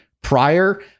prior